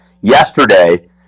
yesterday